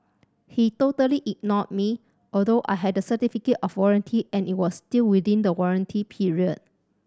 he totally ignored me although I had a certificate of warranty and it was still within the warranty period